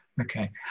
okay